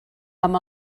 amb